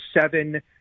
Seven